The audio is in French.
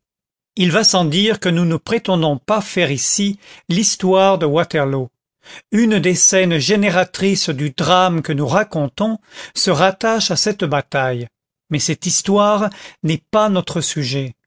il va sans dire que nous ne prétendons pas faire ici l'histoire de waterloo une des scènes génératrices du drame que nous racontons se rattache à cette bataille mais cette histoire n'est pas notre sujet